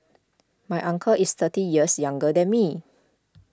my uncle is thirty years younger than me